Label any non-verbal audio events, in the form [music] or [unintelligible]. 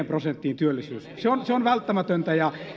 [unintelligible] prosenttiin työllisyys se on se on välttämätöntä ja